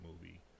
movie